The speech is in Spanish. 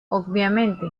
obviamente